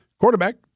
quarterback